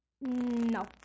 No